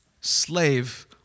slave